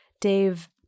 Dave